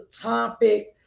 topic